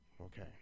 Okay